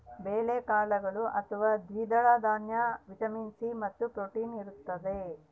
ಬೇಳೆಕಾಳು ಅಥವಾ ದ್ವಿದಳ ದಾನ್ಯ ವಿಟಮಿನ್ ಸಿ ಮತ್ತು ಪ್ರೋಟೀನ್ಸ್ ಇರತಾದ